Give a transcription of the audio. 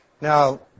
Now